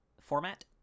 format